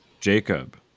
Jacob